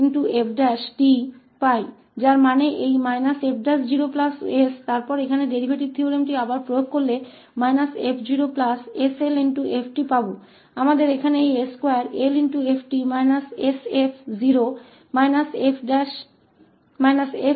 तो यहाँ हमारा कार्य यह 𝑓′′ है इसलिए व्युत्पन्न प्रमेय का प्रत्यक्ष अनुप्रयोग कहता है −𝑓 ′ 𝑠𝐿𝑓′𝑡 जिसका अर्थ है यह −𝑓 ′ 𝑠 और फिर यहाँ हम व्युत्पन्न प्रमेय फिर से लागू कर सकते हैं −𝑓 𝑓𝑡